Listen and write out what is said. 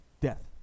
death